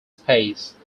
space